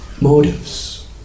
motives